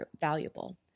valuable